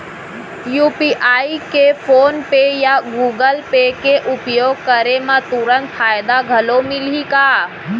UPI के PhonePe या Google Pay के उपयोग करे म तुरंत फायदा घलो मिलही का?